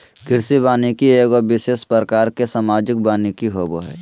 कृषि वानिकी एगो विशेष प्रकार के सामाजिक वानिकी होबो हइ